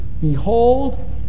behold